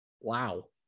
Wow